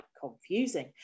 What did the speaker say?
confusing